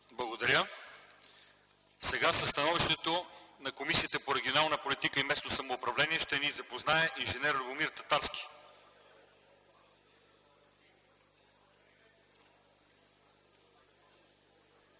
Благодаря. Сега със становището на Комисията по регионална политика и местно самоуправление ще ни запознае инж. Любен Татарски.